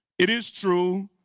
it is true.